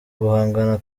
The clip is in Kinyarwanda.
guhangana